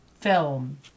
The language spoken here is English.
film